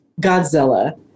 Godzilla